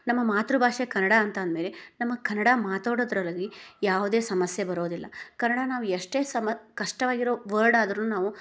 ನಮ್ಮ ಮಾತೃಭಾಷೆ ಕನ್ನಡ ಅಂತಂದ್ಮೇಲೆ ನಮ್ಮ ಕನ್ನಡ ಮಾತಾಡೋದರಲ್ಲಿ ಯಾವುದೇ ಸಮಸ್ಯೆ ಬರೋದಿಲ್ಲ ಕನ್ನಡ ನಾವು ಎಷ್ಟೇ ಸಮ ಕಷ್ಟವಾಗಿರೋ ವರ್ಡ್ ಆದರೂ ನಾವು